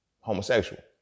homosexual